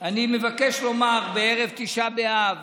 אני מבקש לומר בערב תשעה באב